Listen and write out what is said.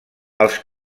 els